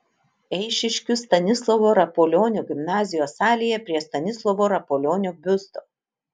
eišiškių stanislovo rapolionio gimnazijos salėje prie stanislovo rapolionio biusto